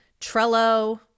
Trello